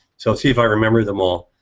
so let's see if i remember them all